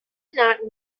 not